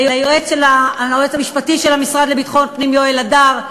ליועץ המשפטי של המשרד לביטחון פנים יואל הדר,